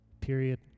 period